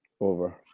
over